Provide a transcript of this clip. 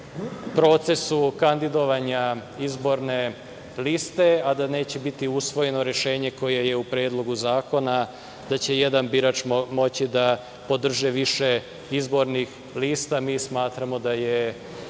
procesu kandidovanja izborne liste, a da neće biti usvojeno rešenje koje je u predlogu zakona da će jedan birač moći da podrži više izbornih lista. Mi smatramo da je